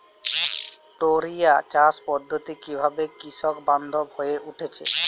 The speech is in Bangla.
টোরিয়া চাষ পদ্ধতি কিভাবে কৃষকবান্ধব হয়ে উঠেছে?